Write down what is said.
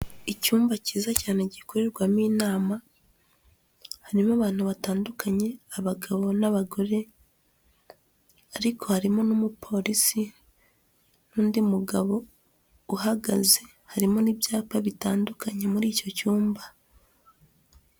Icyumba cyiza cyane gikorerwamo inama, harimo abantu batandukanye abagabo n'abagore, ariko harimo n'umupolisi n'undi mugabo uhagaze, harimo n'ibyapa bitandukanye muri icyo cyumba.